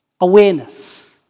Awareness